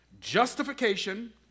Justification